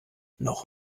noch